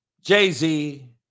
Jay-Z